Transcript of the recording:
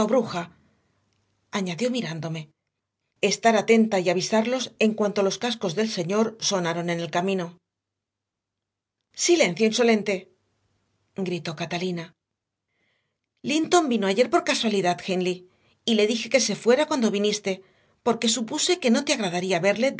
bruja añadió mirándome estar atenta y avisarlos en cuanto los cascos del señor sonaron en el camino silencio insolente gritó catalina linton vino ayer por casualidad hindley y le dije que se fuera cuando viniste porque supuse que no te agradaría verle